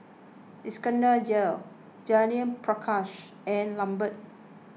Iskandar Jalil Judith Prakash and Lambert